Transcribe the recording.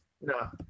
No